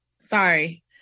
Sorry